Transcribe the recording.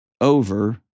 over